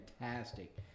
fantastic